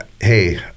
hey